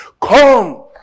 Come